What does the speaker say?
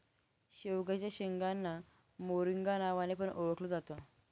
शेवग्याच्या शेंगांना मोरिंगा नावाने पण ओळखल जात